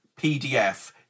PDF